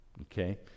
Okay